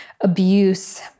abuse